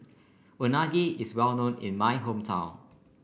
unagi is well known in my hometown